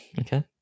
Okay